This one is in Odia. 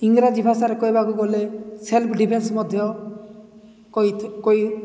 ଇଂରାଜୀ ଭାଷାରେ କହିବାକୁ ଗଲେ ସେଲ୍ଫ ଡିଫେନ୍ସ ମଧ୍ୟ କହି